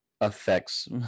affects